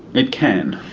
it can.